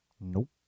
nope